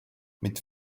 mit